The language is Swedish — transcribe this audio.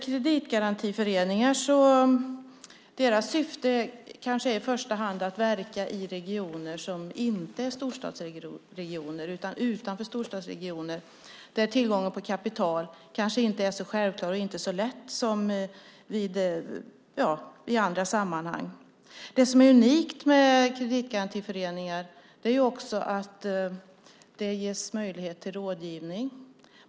Kreditgarantiföreningarnas syfte är kanske i första hand att verka i regioner som inte är storstadsregioner utan regioner utanför storstäder där tillgången på kapital kanske inte är så självklar och inte så lätt som i andra sammanhang. Det som är unikt med kreditgarantiföreningar är att det ges möjlighet till rådgivning.